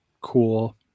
Cool